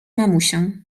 mamusią